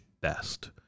best